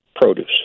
produce